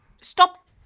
stop